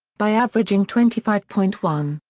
by averaging twenty five point one,